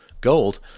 gold